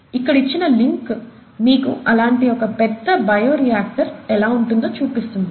ఇక్కడ ఇచ్చిన లింక్ మీకు అలాంటి ఒక పెద్ద బయో రియాక్టర్ ఎలా ఉంటుందో చూపిస్తుంది